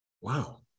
Wow